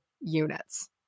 units